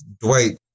Dwight